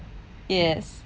yes